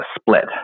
split